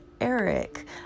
eric